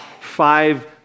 five